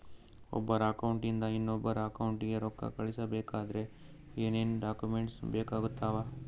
ಒಬ್ಬರ ಅಕೌಂಟ್ ಇಂದ ಇನ್ನೊಬ್ಬರ ಅಕೌಂಟಿಗೆ ರೊಕ್ಕ ಕಳಿಸಬೇಕಾದ್ರೆ ಏನೇನ್ ಡಾಕ್ಯೂಮೆಂಟ್ಸ್ ಬೇಕಾಗುತ್ತಾವ?